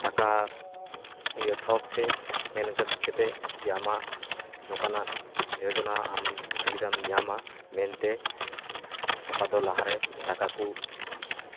ᱴᱟᱠᱟ ᱤᱭᱟᱹ ᱴᱷᱚᱠ ᱛᱮ ᱢᱮᱱ ᱠᱟᱛᱮ ᱡᱮ ᱟᱢᱟᱜ ᱱᱚᱝᱠᱟᱱᱟᱜ ᱡᱳᱡᱚᱱᱟ ᱟᱢ ᱥᱩᱵᱤᱫᱟᱢ ᱧᱟᱢᱟ ᱟᱢ ᱢᱮᱱᱛᱮ ᱚᱠᱟᱫᱚ ᱞᱟᱦᱟᱨᱮ ᱴᱟᱠᱟ ᱠᱩ